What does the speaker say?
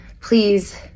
Please